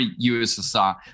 USSR